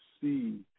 see